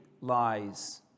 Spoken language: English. lies